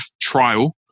trial